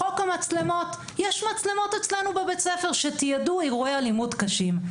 חוק המצלמות יש מצלמות אצלנו בבית-הספר שתיעדו אירועי אלימות קשים.